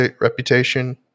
reputation